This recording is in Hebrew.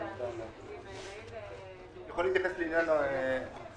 אני יכול להתייחס לעניין המע"מ.